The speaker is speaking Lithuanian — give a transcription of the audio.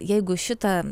jeigu šita